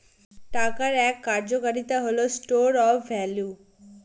টাকার এক কার্যকারিতা হল স্টোর অফ ভ্যালু